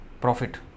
profit